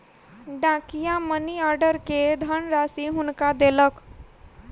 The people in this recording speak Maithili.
डाकिया मनी आर्डर के धनराशि हुनका देलक